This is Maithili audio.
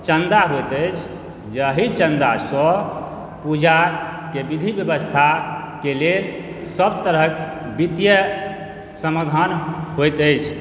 चंदा होइत अछि जाहि चन्दा सॅं पूजा के विधि व्यवस्था के लेल सब तरहक वित्तीय समाधान होइत अछि